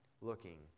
looking